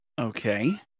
Okay